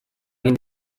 egin